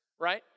right